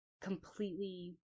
completely